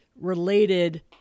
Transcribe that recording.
related